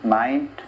mind